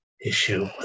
issue